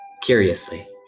curiously